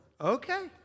okay